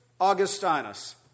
Augustinus